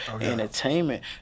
entertainment